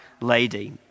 lady